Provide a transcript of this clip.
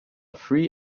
free